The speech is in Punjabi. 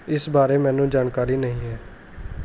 ਇਸ ਬਾਰੇ ਮੈਨੂੰ ਜਾਣਕਾਰੀ ਨਹੀਂ ਹੈ